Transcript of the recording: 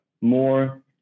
more